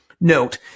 Note